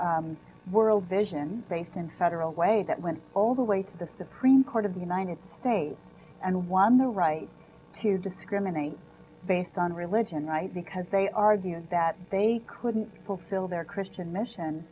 world vision based in federal way that went all the way to the supreme court of the united states and won the right to discriminate based on religion right because they argued that they couldn't fulfill their christian mission